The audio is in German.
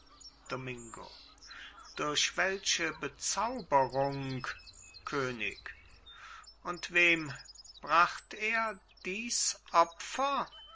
domingo durch welche bezauberung könig und wem bracht er dies opfer